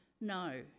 no